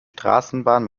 straßenbahn